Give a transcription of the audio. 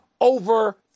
over